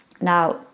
Now